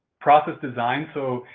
process design so,